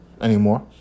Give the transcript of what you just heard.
anymore